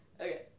okay